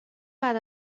بعد